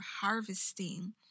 harvesting